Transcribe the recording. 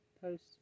post